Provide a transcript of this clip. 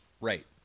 Right